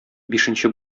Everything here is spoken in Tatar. бишенче